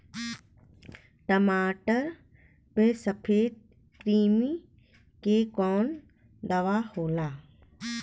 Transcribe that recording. टमाटर पे सफेद क्रीमी के कवन दवा होला?